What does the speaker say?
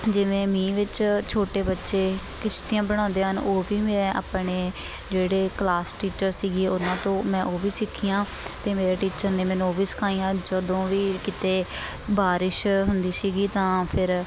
ਜਿਵੇਂ ਮੀਂਹ ਵਿੱਚ ਛੋਟੇ ਬੱਚੇ ਕਿਸ਼ਤੀਆਂ ਬਣਾਉਂਦੇ ਹਨ ਉਹ ਵੀ ਮੈਂ ਆਪਣੇ ਜਿਹੜੇ ਕਲਾਸ ਟੀਚਰ ਸੀਗੇ ਉਹਨਾਂ ਤੋਂ ਮੈਂ ਉਹ ਵੀ ਸਿੱਖੀਆਂ ਅਤੇ ਮੇਰੇ ਟੀਚਰ ਨੇ ਮੈਨੂੰ ਉਹ ਵੀ ਸਿਖਾਈਆਂ ਜਦੋਂ ਵੀ ਕਿਤੇ ਬਾਰਿਸ਼ ਹੁੰਦੀ ਸੀਗੀ ਤਾਂ ਫਿਰ